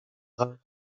braucht